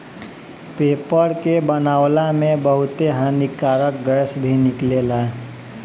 paper के बनावला में बहुते हानिकारक गैस भी निकलेला